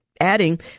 Adding